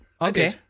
okay